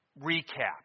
recap